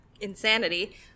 insanity